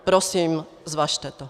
Prosím, zvažte to.